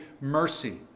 mercy